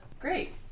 great